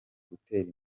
gutera